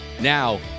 Now